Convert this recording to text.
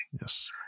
Yes